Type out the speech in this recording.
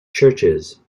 churches